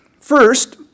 First